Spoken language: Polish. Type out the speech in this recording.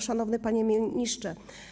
Szanowny Panie Ministrze!